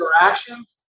interactions